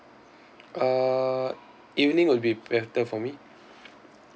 uh evening will be better for me